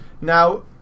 now